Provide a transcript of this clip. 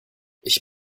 ich